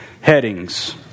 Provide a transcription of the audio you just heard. headings